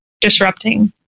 disrupting